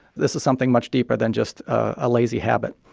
this is something much deeper than just a lazy habit.